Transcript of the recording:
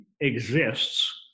exists